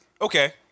Okay